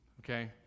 okay